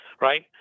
Right